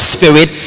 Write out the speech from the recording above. Spirit